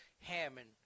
Hammond